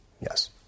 Yes